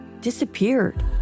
disappeared